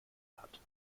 hat